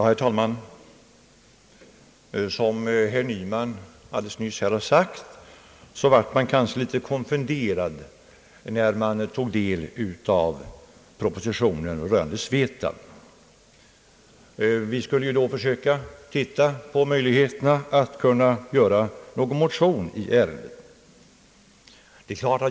Herr talman! Som herr Nyman alldeles nyss har sagt blev man kanske litet konfunderad när man tog del av propositionen rörande SVETAB. Vi undersökte då möjligheterna att framlägga någon motion i ärendet.